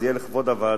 זה יהיה לכבוד הוועדה